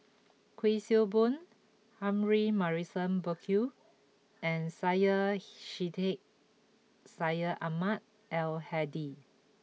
Kuik Swee Boon Humphrey Morrison Burkill and Syed Sheikh Syed Ahmad Al Hadi